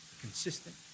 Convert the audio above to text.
consistent